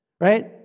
right